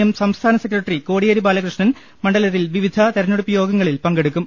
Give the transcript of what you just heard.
M സംസ്ഥാന secretary Kodiyeri Balakrishnan മണ്ഡലത്തിൽ വിവിധ തിരഞ്ഞെടുപ്പു യോഗങ്ങളിൽ പങ്കെടുക്കും